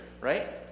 right